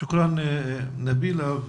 תודה, נבילה.